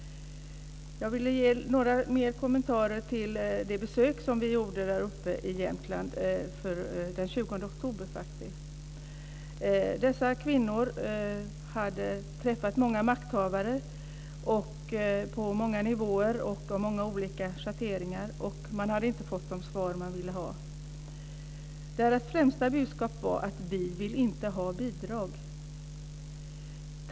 Jag vill göra några fler kommentarer till det besök som vi gjorde i Jämtland den 20 oktober. De kvinnor vi mötte hade träffat makthavare av olika schatteringar på många nivåer. De hade inte fått de svar de ville ha. Deras främsta budskap var: Vi vill inte ha bidrag.